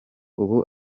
ubu